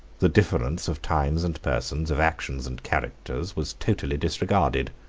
the difference of times and persons, of actions and characters, was totally disregarded.